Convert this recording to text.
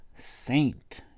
Saint